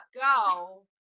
go